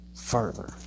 further